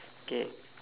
okay